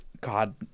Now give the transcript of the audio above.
God